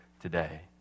today